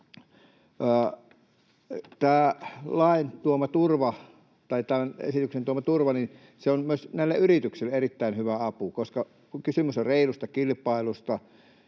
Tämän esityksen tuoma turva on myös näille yrityksille erittäin hyvä apu, koska reilu kilpailu